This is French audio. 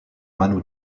manu